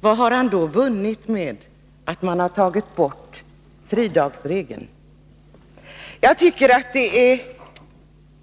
Vad har han då vunnit på att man tagit bort fridagsregeln? Jag tycker att det är